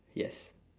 yes